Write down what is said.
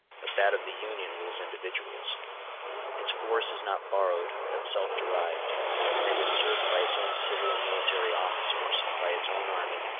but that of the union rules individuals its force is not borrowed, but self-derived and it is served by its own civil and military officers, by its own army,